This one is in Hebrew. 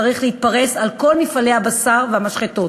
צריך להתפרס על כל מפעלי הבשר והמשחטות.